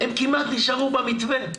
הם כמעט נשארו במתווה.